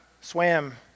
swam